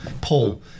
Paul